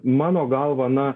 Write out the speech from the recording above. mano galva na